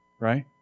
right